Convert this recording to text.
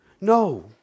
No